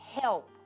help